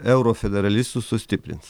eurofederalistus sustiprins